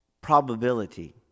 probability